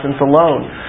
alone